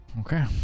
Okay